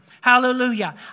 Hallelujah